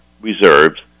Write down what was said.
reserves